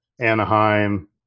Anaheim